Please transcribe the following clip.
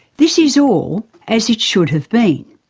this is all as it should have been.